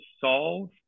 solve